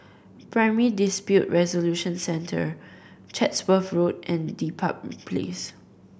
Primary Dispute Resolution Centre Chatsworth Road and Dedap Place